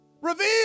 Reveal